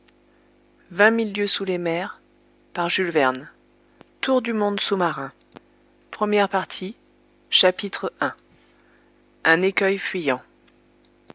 vingt mille lieues sous les mers tour du monde sous marin première partie i un écueil fuyant